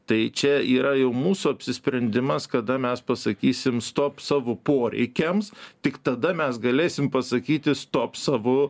tai čia yra jau mūsų apsisprendimas kada mes pasakysim stop savu poreikiams tik tada mes galėsim pasakyti stop savu